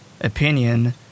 opinion